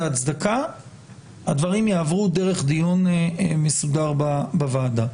הצדקה הדברים יעברו דרך דיון מסודר בוועדה.